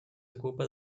ocupa